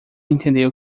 entender